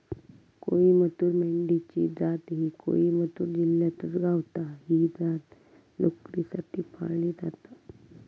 कोईमतूर मेंढी ची जात ही कोईमतूर जिल्ह्यातच गावता, ही जात लोकरीसाठी पाळली जाता